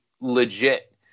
legit